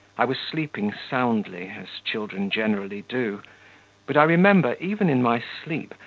i was sleeping soundly, as children generally do but i remember, even in my sleep,